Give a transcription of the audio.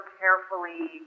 carefully